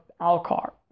alcar